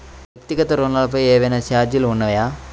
వ్యక్తిగత ఋణాలపై ఏవైనా ఛార్జీలు ఉన్నాయా?